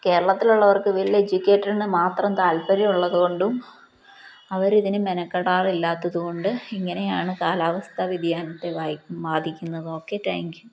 കേരളത്തിലുള്ളവർക്ക് well എജ്യൂക്കേറ്റഡിനു മാത്രം താല്പര്യം ഉള്ളതു കൊണ്ടും അവരിതിനു മെനക്കടാറില്ലാത്തതുകൊണ്ട് ഇങ്ങനെയാണു കാലാവസ്ഥാ വ്യതിയാനത്തെ ബാധിക്കുന്നതൊക്കെ താങ്ക്യൂ